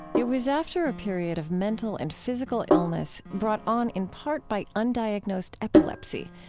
it was after a period of mental and physical illness, brought on in part by undiagnosed epilepsy,